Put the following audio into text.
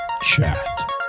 Chat